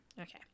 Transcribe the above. Okay